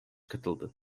katıldı